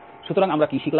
সুতরাং আমরা কি শিখলাম